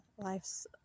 Life's